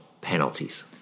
penalties